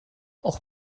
auch